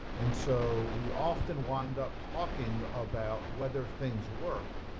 and so we often wind up talking about whether things work,